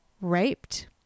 raped